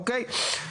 אוקיי?